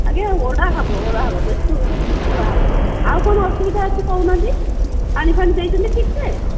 ଆଜ୍ଞା ଓଳା ହେବ ଓଳା ହେବ ବ୍ୟସ୍ତ ହୁଅନ୍ତୁନି ଓଳା ହେବ ଆଉ କ'ଣ ଅସୁବିଧା ଅଛି କହୁନାହାନ୍ତି ପାଣି ଫାଣି ଦେଇଛନ୍ତି ଠିକ୍ସେ